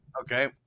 Okay